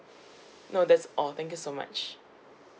no that's all thank you so much